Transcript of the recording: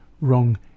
wrong